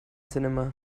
cinema